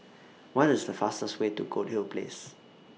What IS The fastest Way to Goldhill Place